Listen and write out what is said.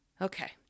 Okay